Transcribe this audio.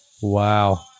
Wow